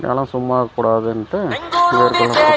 நிலம் சும்மா இருக்கக் கூடாதுன்ட்டு